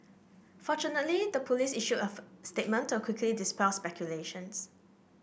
fortunately the police issued a statement to quickly dispel speculations